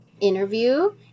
interview